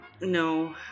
No